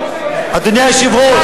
אדוני היושב-ראש,